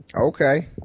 Okay